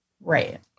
Right